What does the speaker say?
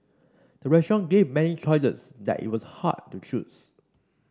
the restaurant gave many choices that it was hard to choose